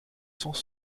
sons